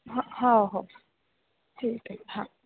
ह हो हो हो ठीक आहे हां